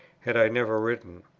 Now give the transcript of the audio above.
had i never written.